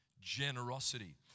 Generosity